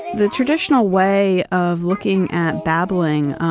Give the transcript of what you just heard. the traditional way of looking at babbling,